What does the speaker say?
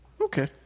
Okay